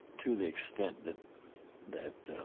to the extent that that